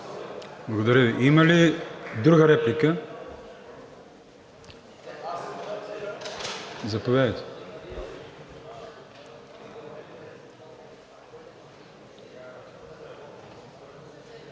Благодаря Ви. Има ли друга реплика? Заповядайте.